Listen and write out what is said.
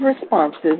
responses